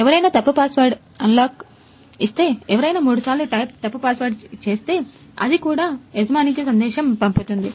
ఎవరైనా తప్పు password unlock FL ఇస్తే ఎవరైనా మూడుసార్లు టైప్ తప్పు పాస్వర్డ్ ఇస్తే అది కూడా యజమానికి సందేశం పంపుతుంది